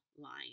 line